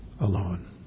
alone